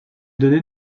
données